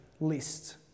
list